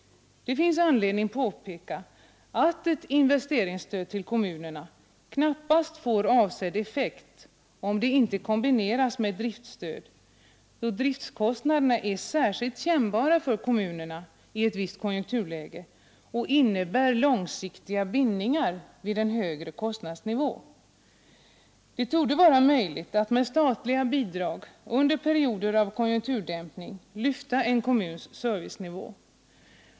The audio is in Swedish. Det finns anledning påpeka att ett investeringsstöd till kommunerna knappast får avsedd effekt om det inte kombineras med driftstöd, då driftkostnaderna är särskilt kännbara för kommunerna i ett visst konjunkturläge och innebär långsiktiga bind ningar vid en högre kostnadsnivå. Det torde vara möjligt att med statliga bidrag under perioder av konjunkturdämpning lyfta en kommuns servicenivå.